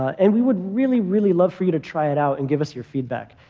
and we would really, really love for you to try it out and give us your feedback.